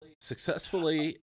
Successfully